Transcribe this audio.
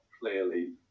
clearly